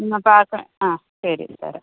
എന്നാൽ ഇപ്പോൾ പാത്രം ആ ശരി തരാം